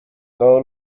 todos